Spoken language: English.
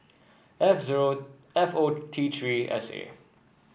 F zero F O T Three S A